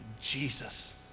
Jesus